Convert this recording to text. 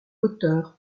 auteur